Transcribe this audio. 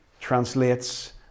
Translates